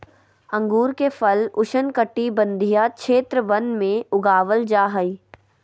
अंगूर के फल उष्णकटिबंधीय क्षेत्र वन में उगाबल जा हइ